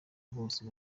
bose